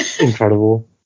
incredible